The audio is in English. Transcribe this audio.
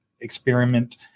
experiment